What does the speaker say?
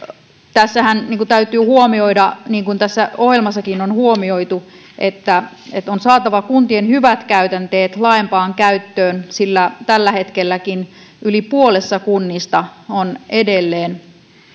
tässähän täytyy huomioida niin kuin tässä ohjelmassakin on huomioitu että että on saatava kuntien hyvät käytänteet laajempaan käyttöön sillä tällä hetkelläkin yli puolessa kunnista on edelleen